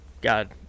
god